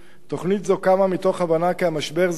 תוכנית זו קמה מתוך הבנה כי המשבר זמני